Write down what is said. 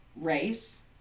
race